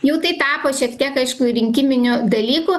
jau tai tapo šiek tiek aišku ir rinkiminiu dalyku